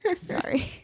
Sorry